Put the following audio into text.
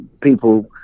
people